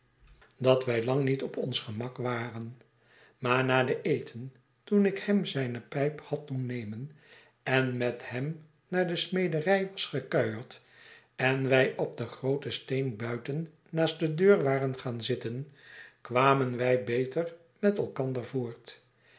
dat wij lang niet op ons gemak waren maar na den eten toen ik hem zijne pijp had doen nemen en met hem naar de smederij was gekuierd en wij op den grooten steen buiten naast de deur waren gaan zitten kwamen wij beter met elkander voort